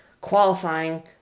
qualifying